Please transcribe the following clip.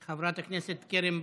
חברת הכנסת קרן ברק.